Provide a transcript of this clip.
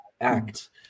act